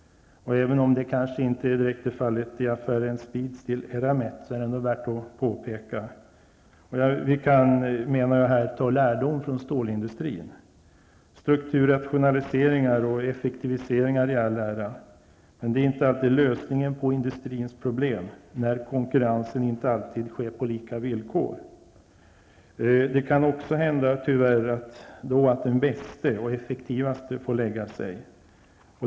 Även om det inte direkt är fallet i affären Speedsteel-Eramet, så är det värt att påpeka. Vi kan, menar jag, ta lärdom från stålindustrin. Strukturrationaliseringar och effektiviseringar i all ära, men de är inte alltid lösningen på industrins problem. Konkurrensen sker ju inte alltid på lika villkor. Det kan då tyvärr också hända att den bäste och mest effektive får lägga sig.